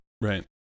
right